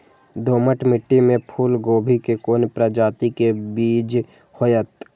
दोमट मिट्टी में फूल गोभी के कोन प्रजाति के बीज होयत?